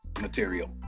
material